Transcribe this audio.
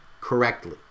correctly